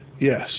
yes